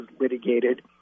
litigated